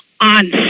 On